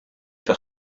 par